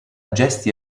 gesti